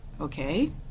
okay